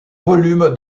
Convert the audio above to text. volume